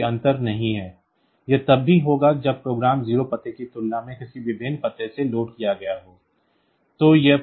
इसलिए कोई अंतर नहीं है यह तब भी होगा जब प्रोग्राम 0 पते की तुलना में किसी भिन्न पते से लोड किया गया हो